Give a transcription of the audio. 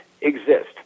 exist